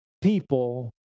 people